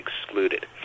excluded